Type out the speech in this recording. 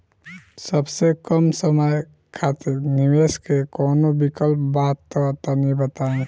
सबसे कम समय खातिर निवेश के कौनो विकल्प बा त तनि बताई?